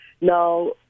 Now